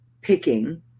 picking